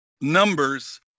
numbers